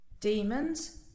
Demons